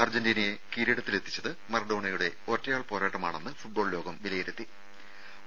അർജന്റീനയെ കിരീടത്തിലെത്തിച്ചത് മറഡോണയുടെ ഒറ്റയാൾ പോരാട്ടമാണെന്ന് ഫുട്ബോൾ പലോകം വിലയിരുത്തുന്നു